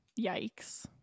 yikes